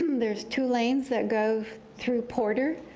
there's two lanes that go through porter,